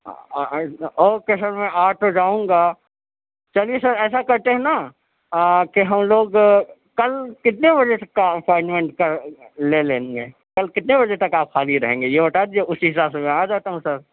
okay sir میں آ تو جاؤں گا چلیے سر ایسا کرتے ہیں نا کہ ہم لوگ کل کتنے بجے کا اپانمنٹ کل لے لیں گے کل کتنے بجے تک آپ خالی رہیں گے یہ بتا دیجیے اسی حساب سے میں آ جاتا ہوں سر